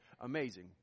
Amazing